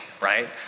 right